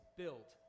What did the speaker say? built